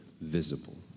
visible